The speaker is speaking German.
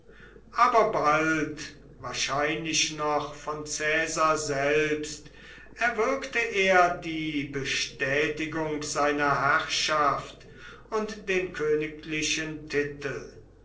aber bald wahrscheinlich noch von caesar selbst erwirkte er die bestätigung seiner herrschaft und den königlichen titel